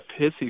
pissy